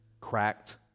cracked